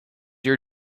your